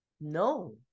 No